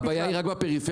הבעיה היא רק בפריפריה?